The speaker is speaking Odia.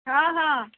ହଁ ହଁ